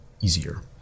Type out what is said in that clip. easier